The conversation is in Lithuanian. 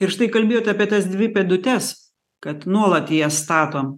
ir štai kalbėjot apie tas dvi pėdutes kad nuolat į jas statom